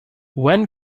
when